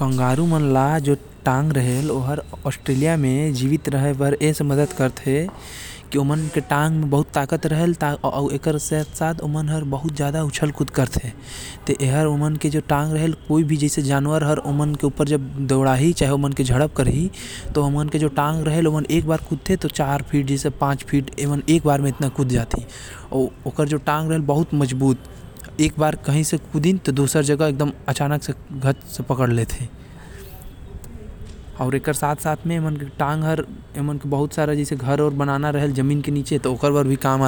kangaroo Australia के राष्ट्रीय पशु कहाते अउ वहाँ के पर्यावरण अउ जलवायु के अनुसार उमन के शरीर में टांग मन कर शरीर के गति संतुलन अउ रक्षा के काम